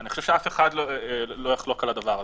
אני חושב שאף אחד לא יחלוק על הדבר הזה.